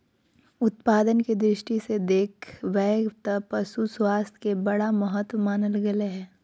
उत्पादन के दृष्टि से देख बैय त पशु स्वास्थ्य के बड़ा महत्व मानल गले हइ